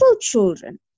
children